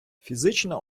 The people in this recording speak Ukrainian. фізична